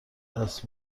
دست